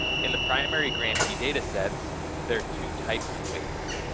in the primary grantee datasets there are two types of weights,